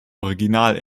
original